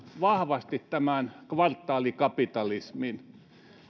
vahvasti mukaan kvartaalikapitalismin